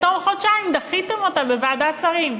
בתום חודשיים דחיתם אותה בוועדת שרים.